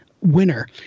winner